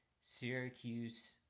syracuse